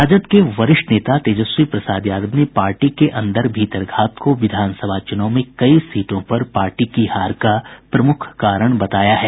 राजद के वरिष्ठ नेता तेजस्वी प्रसाद यादव ने पार्टी के अंदर भीतरघात को विधानसभा चूनाव में कई सीटों पर पार्टी की हार का प्रमुख कारण बताया है